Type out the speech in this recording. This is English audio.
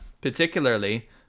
particularly